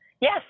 Yes